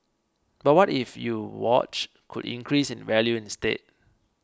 but what if you watch could increase in value instead